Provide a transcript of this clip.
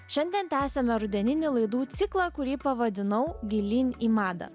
šiandien tęsiame rudeninį laidų ciklą kurį pavadinau gilyn į madą